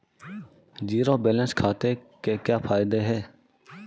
Zero balance खाते के क्या फायदे हैं?